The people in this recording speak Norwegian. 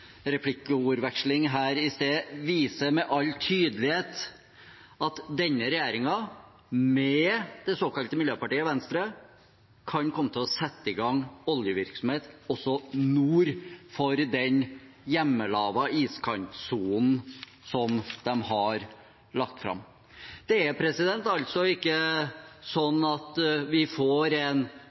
her i sted, viser med all tydelighet at denne regjeringen, med det såkalte miljøpartiet Venstre, kan komme til å sette i gang oljevirksomhet også nord for den hjemmelagde iskantsonen de har lagt fram. Det er altså ikke sånn at vi får en